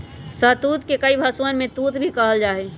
शहतूत के कई भषवन में तूत भी कहल जाहई